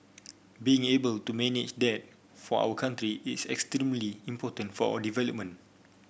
being able to manage there for our country is extremely important for our development